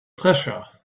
treasure